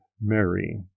mary